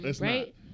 right